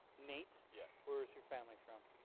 nate? yeah where's your family from?